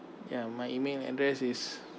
ya my email address is